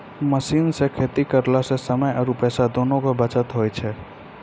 machine सॅ खेती करला स समय आरो पैसा दोनों के बचत होय छै